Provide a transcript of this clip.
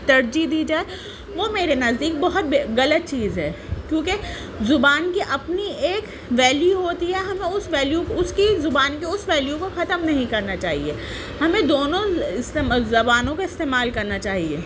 ترجیح دی جائے وہ میرے نزدیک بہت بئے غلط چیز ہے کیونکہ زبان کی اپنی ایک ویلیو ہوتی ہے ہمیں اس ویلیو اس کی زبان کی اس ویلیو کو ختم نہیں کرنا چاہیے ہمیں دونوں زبانوں کا استعمال کرنا چاہیے